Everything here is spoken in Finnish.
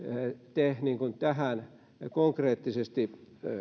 te konkreettisesti